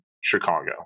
Chicago